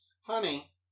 honey